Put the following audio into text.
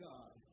God